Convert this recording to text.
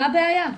מה הבעיה?